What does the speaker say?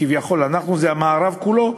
כביכול אנחנו זה המערב כולו,